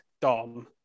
Dom